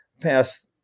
passed